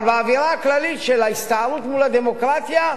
אבל באווירה הכללית של ההסתערות מול הדמוקרטיה,